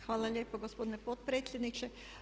Hvala lijepa gospodine potpredsjedniče.